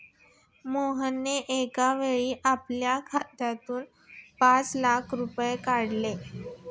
मोहनने एकावेळी आपल्या खात्यातून पाच लाख रुपये काढले